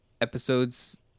episodes